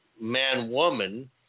man-woman